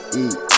eat